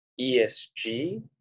ESG